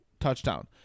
Touchdown